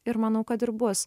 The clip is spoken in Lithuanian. ir manau kad ir bus